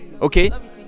okay